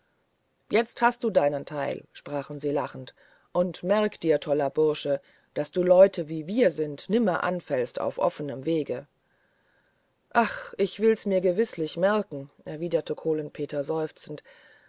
jetzt hast du dein teil sprachen sie lachend und merk dir toller bursche daß du leute wie wir sind nimmer anfällst auf offenem wege ach ich will es mir gewißlich merken erwiderte kohlen peter seufzend